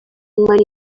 money